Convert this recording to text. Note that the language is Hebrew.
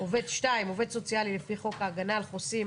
(2)עובד סוציאלי לפי חוק ההגנה על חוסים,